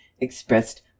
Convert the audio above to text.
expressed